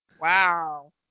Wow